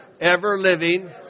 ever-living